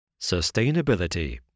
Sustainability